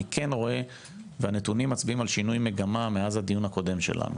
אני כן רואה שהנתונים מצביעים על שינוי מגמה מאז הדיון הקודם שלנו,